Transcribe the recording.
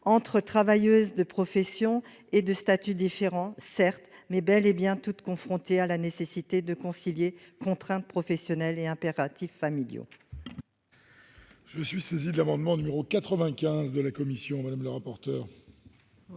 entre travailleuses de professions et de statuts différents, certes, mais bel et bien toutes confrontées à la nécessité de concilier contraintes professionnelles et impératifs familiaux.